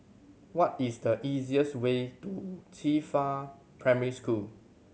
what is the easiest way to Qifa Primary School